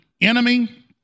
Enemy